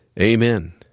amen